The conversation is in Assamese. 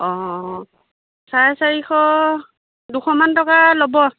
অ' অ' চাৰে চাৰিশ দুশ মান টকা ল'ব